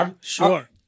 Sure